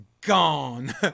Gone